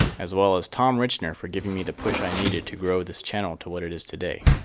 as well as tom richner, for giving me the push i needed to grow this channel to what it is today.